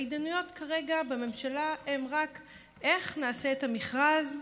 ההתדיינויות כרגע בממשלה הן רק איך נעשה את המכרז,